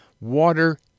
water